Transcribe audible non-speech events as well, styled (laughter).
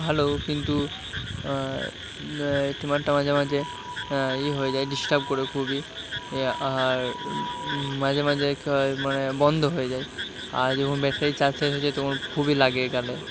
ভালো কিন্তু ট্রিমারটা মাঝে মাঝে এ হয়ে যায় ডিস্টার্ব করে খুবই আর মাঝে মাঝে কী হয় মানে বন্ধ হয়ে যায় আর যখন ব্যাটারির চার্জ (unintelligible) তখন খুবই লাগে এখানে